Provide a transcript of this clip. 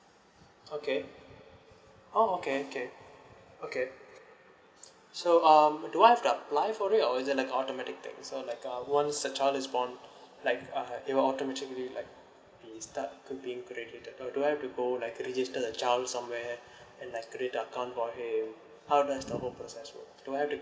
okay oh okay okay okay so um do I've to apply for it or is it like a automatic thing so like uh once a child is born like uh it will automatically like be start could being could registered uh do I have to go like to register the child somewhere and I've could it the account for him how does the whole process would do I have to